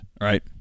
right